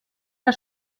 der